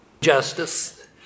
justice